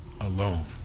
Alone